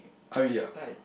ah really ah